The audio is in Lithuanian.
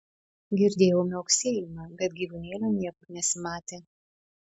girdėjau miauksėjimą bet gyvūnėlio niekur nesimatė